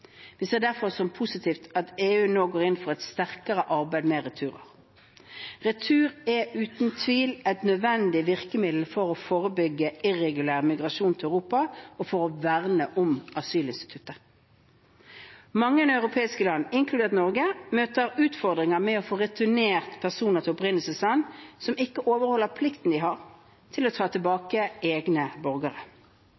Vi ser det derfor som positivt at EU nå går inn for et sterkere arbeid med returer. Retur er uten tvil et nødvendig virkemiddel for å forebygge irregulær migrasjon til Europa og for å verne om asylinstituttet. Mange europeiske land, inkludert Norge, møter utfordringer med å få returnert personer til opprinnelsesland som ikke overholder plikten til å ta tilbake egne borgere.